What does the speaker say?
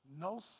No